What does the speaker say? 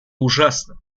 ужасно